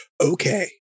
Okay